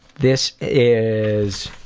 this is